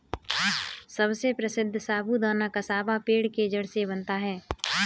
सबसे प्रसिद्ध साबूदाना कसावा पेड़ के जड़ से बनता है